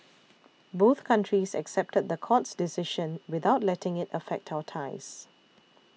both countries accepted the court's decision without letting it affect our ties